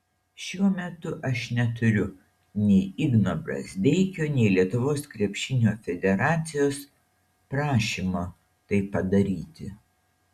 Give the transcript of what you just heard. šiuo metu aš neturiu nei igno brazdeikio nei lietuvos krepšinio federacijos prašymo tai padaryti